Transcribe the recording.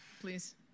please